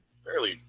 fairly